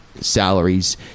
salaries